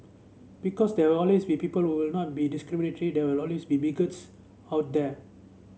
because there will always be people who will not be discriminatory there will always be bigots out there